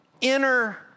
inner